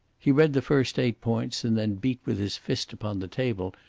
he read the first eight points, and then beat with his fist upon the table.